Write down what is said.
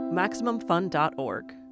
MaximumFun.org